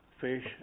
fish